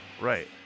Right